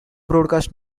broadcast